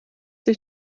sich